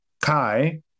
Kai